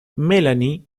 melanie